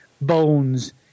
bones